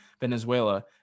Venezuela